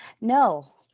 No